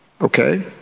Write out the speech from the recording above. okay